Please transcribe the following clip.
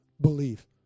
Believe